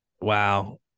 wow